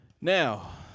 Now